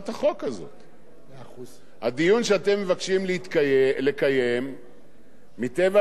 הדיון שאתם מבקשים לקיים מטבע הדברים לא יכול להתקיים על הבמה הזאת.